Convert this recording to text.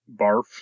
barf